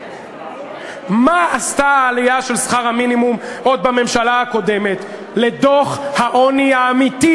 מה עשתה העלייה של שכר המינימום עוד בממשלה הקודמת לדוח העוני האמיתי?